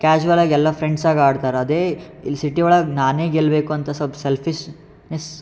ಕ್ಯಾಝುವಲಾಗಿ ಎಲ್ಲ ಫ್ರೆಂಡ್ಸಾಗಿ ಆಡ್ತಾರೆ ಅದೇ ಇಲ್ಲಿ ಸಿಟಿ ಒಳಗೆ ನಾನೇ ಗೆಲ್ಲಬೇಕು ಅಂತ ಸ್ವಲ್ಪ ಸೆಲ್ಪಿಶ್ನೆಸ್